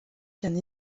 qu’un